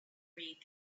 read